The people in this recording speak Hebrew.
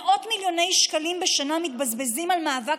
מאות מיליוני שקלים בשנה מתבזבזים על מאבק